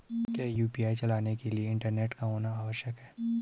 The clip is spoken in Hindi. क्या यु.पी.आई चलाने के लिए इंटरनेट का होना आवश्यक है?